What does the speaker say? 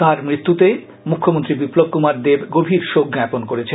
তার মৃত্যুতে মুখ্যমন্ত্রী বিপ্লব কুমার দেব গভীর শোক জ্ঞাপন করেছেন